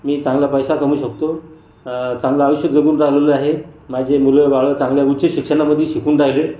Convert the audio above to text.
मी चांगला पैसा कमवू शकतो चांगलं आयुष्य जगून राहिलेलो आहे माझे मुलंबाळं चांगल्या उच्चशिक्षणामध्ये शिकून राहिले